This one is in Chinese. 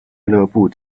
俱乐部